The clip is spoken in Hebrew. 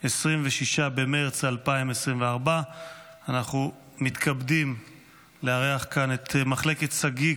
26 במרץ 2024. אנחנו מתכבדים לארח כאן את מחלקת שגיא,